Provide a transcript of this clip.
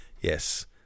Yes